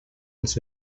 als